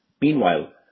Meanwhile